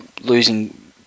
losing